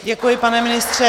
Děkuji, pane ministře.